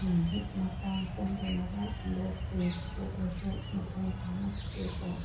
ꯃꯍꯤꯛ ꯊꯇꯥꯡ ꯆꯪꯗꯅꯕ ꯂꯣꯛ ꯇꯤꯜ ꯁꯤꯠꯇꯣꯛꯂꯁꯨ ꯃꯐꯝ ꯆꯥꯅ ꯁꯤꯠꯇꯣꯛꯄ